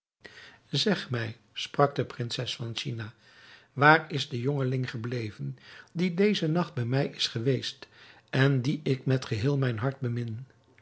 zeg mij sprak de prinses van china waar is de jongeling gebleven die dezen nacht bij mij is geweest en dien ik met geheel mijn hart bemin